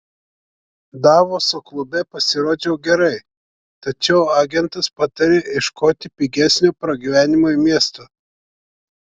davoso klube pasirodžiau gerai tačiau agentas patarė ieškoti pigesnio pragyvenimui miesto